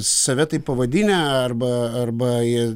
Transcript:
save taip pavadinę arba arba jie